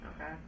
Okay